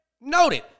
noted